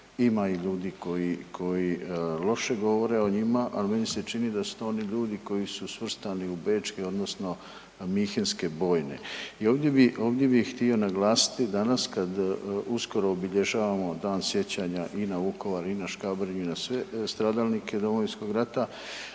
ima i ljudi koji, koji loše govore o njima ali meni se čini da su to oni ljudi koji su svrstani u bečke odnosno minhenske bojne. I ovdje bi, ovdje bi htio naglasiti danas kad uskoro obilježavamo Dan sjećanja i na Vukovar i na Škabrnju i na sve stradalnike Domovinskog rata